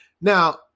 Now